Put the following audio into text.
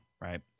right